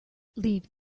leave